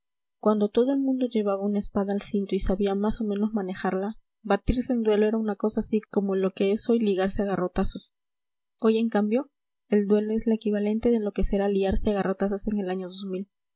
cuando todo el mundo llevaba una espada al cinto y sabía más o menos manejarla batirse en duelo era una cosa así como lo que es hoy liarse a garrotazos hoy en cambio el duelo es la equivalente de lo que será liarse a garrotazos en el año